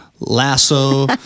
Lasso